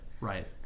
Right